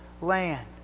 land